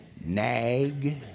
nag